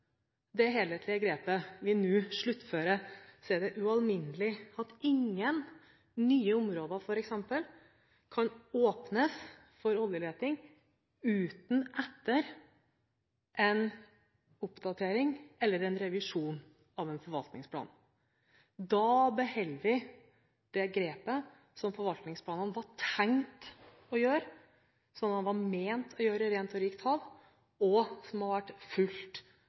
det helhetlige grepet vi nå sluttfører, er det ualminnelig viktig at ingen nye områder f.eks. kan åpnes for oljeleting uten en oppdatering eller revisjon av en forvaltningsplan i forkant. Da beholder vi det grepet som forvaltningsplanene var tenkt å gjøre, og som man mente å gjøre med Rent og rikt hav, og som har vært